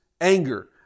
anger